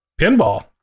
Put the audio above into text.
pinball